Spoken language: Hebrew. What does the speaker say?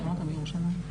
בבקשה.